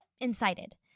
incited